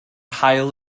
haul